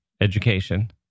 education